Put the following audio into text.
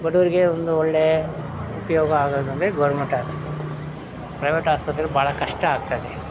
ಬಡವ್ರಿಗೆ ಒಂದು ಒಳ್ಳೆ ಉಪಯೋಗ ಆಗೋದು ಅಂದರೆ ಗೌರ್ಮೆಂಟ್ ಆಸ್ಪತ್ರೆ ಪ್ರೈವೇಟ್ ಆಸ್ಪತ್ರೆಲ್ಲಿ ಭಾಳ ಕಷ್ಟ ಆಗ್ತದೆ